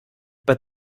but